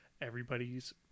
everybody's